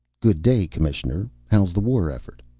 good day, commissioner. how's the war effort?